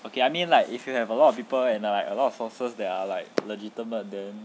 okay I mean like if you have a lot of people and like a lot of sources that are like legitimate then